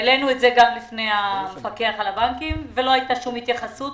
העלינו את זה גם לפני המפקח על הבנקים ולא הייתה שום התייחסות.